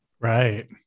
Right